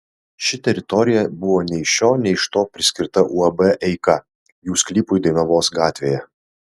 ši teritorija buvo nei iš šio nei iš to priskirta uab eika jų sklypui dainavos gatvėje